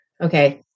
Okay